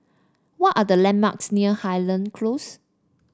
what are the landmarks near Highland Close